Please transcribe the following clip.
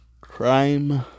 crime